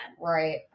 right